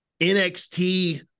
NXT